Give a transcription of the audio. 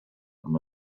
amb